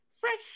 Fresh